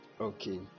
Okay